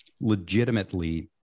legitimately